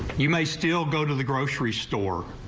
you may still go to the grocery store.